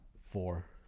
four